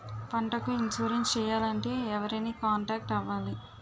పంటకు ఇన్సురెన్స్ చేయాలంటే ఎవరిని కాంటాక్ట్ అవ్వాలి?